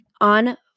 on